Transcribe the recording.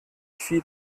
viele